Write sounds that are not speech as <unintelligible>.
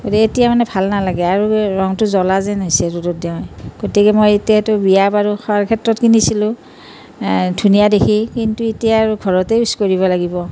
গতিকে এতিয়া মানে ভাল নালাগে আৰু ৰংটো জ্বলা যেন হৈছে ৰ'দত দিয়া <unintelligible> গতিকে এতিয়া মই এইটো বিয়া বাৰু খোৱাৰ ক্ষেত্ৰত কিনিছিলোঁ ধুনীয়া দেখি কিন্তু এতিয়া আৰু ঘৰতে ইউজ কৰিব লাগিব